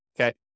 okay